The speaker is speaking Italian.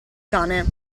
cane